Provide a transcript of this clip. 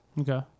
Okay